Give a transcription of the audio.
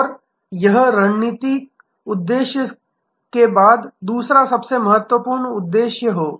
और यह रणनीतिक उद्देश्य के बाद दूसरा सबसे महत्वपूर्ण उद्देश्य हो